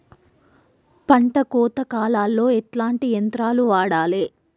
పంట కోత కాలాల్లో ఎట్లాంటి యంత్రాలు వాడాలే?